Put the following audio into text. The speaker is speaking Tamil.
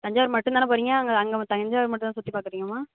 தஞ்சாவூர் மட்டும்தான போகிறீங்க அங்கே அங்கே தஞ்சாவூர் மட்டும்தான சுற்றி பார்க்குறீங்கம்மா